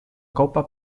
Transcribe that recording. copa